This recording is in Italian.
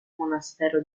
monastero